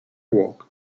walk